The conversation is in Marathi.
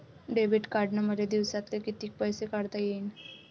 डेबिट कार्डनं मले दिवसाले कितीक पैसे काढता येईन?